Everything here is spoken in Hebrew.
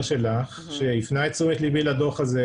שלך שהפנה את תשומת ליבי לדוח הזה,